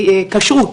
כשרות,